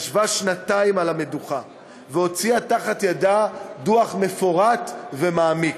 ישבה שנתיים על המדוכה והוציאה מתחת ידה דוח מפורט ומעמיק.